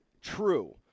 True